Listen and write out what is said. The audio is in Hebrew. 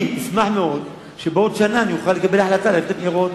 אני אשמח מאוד אם בעוד שנה אני אוכל לקבל החלטה ללכת לבחירות,